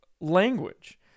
Language